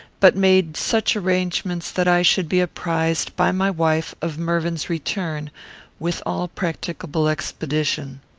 but made such arrangements that i should be apprized by my wife of mervyn's return with all practicable expedition.